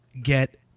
get